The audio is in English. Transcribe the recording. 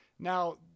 Now